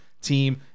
team